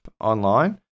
online